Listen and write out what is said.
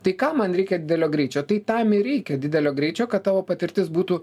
tai kam man reikia didelio greičio tai tam ir reikia didelio greičio kad tavo patirtis būtų